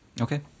okay